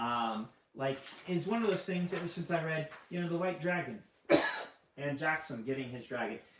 like is one of those things ever since i read you know the white dragon and jackson getting his dragon,